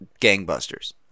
gangbusters